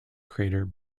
crater